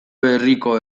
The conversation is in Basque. berriko